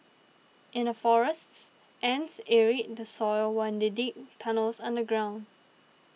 in the forests ants aerate the soil when they dig tunnels underground